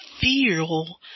feel